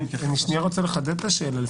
אני רוצה לחדד את השאלה.